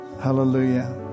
hallelujah